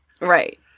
Right